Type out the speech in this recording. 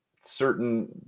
certain